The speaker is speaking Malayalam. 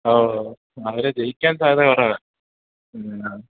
ആ ഓ അവർ ജയിക്കാൻ സാധ്യത കുറവാണ് മ്മ്